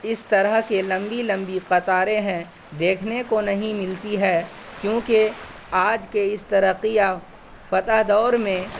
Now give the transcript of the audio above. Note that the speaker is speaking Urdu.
اس طرح کی لمبی لمبی قطاریں ہیں دیکھنے کو نہیں ملتی ہیں کیونکہ آج کے اس ترقی یافتہ دور میں